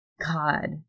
God